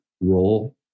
role